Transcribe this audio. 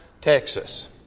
Texas